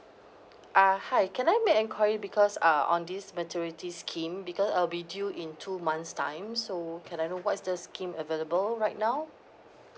ah hi can I make enquiry because ah on this maternity scheme because I'll be due in two months time so can I know what is the scheme available right now